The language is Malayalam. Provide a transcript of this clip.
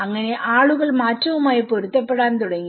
അങ്ങനെ ആളുകൾ മാറ്റവുമായി പൊരുത്തപ്പെടാൻ തുടങ്ങി